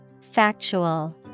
Factual